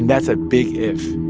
that's a big if.